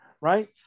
right